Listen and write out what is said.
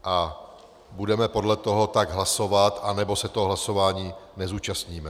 A budeme podle toho tak hlasovat, anebo se toho hlasování nezúčastníme.